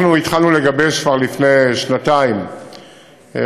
אנחנו התחלנו לגבש כבר לפני שנתיים רפורמה